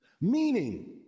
Meaning